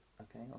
Okay